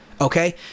Okay